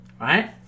right